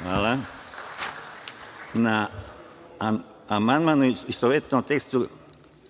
Hvala. Amandmane, u istovetnom tekstu,